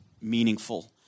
meaningful